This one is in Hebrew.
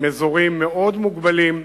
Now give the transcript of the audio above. עם אזורים מאוד מוגבלים,